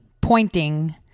pointing